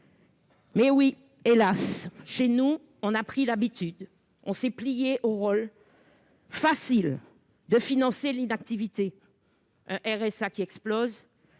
injustice. Hélas ! chez nous, on a pris l'habitude et on s'est plié au rôle facile de financer l'inactivité, avec un RSA qui explose